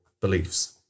beliefs